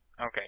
Okay